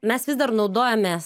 mes vis dar naudojamės